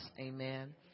amen